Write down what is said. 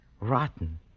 Rotten